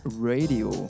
Radio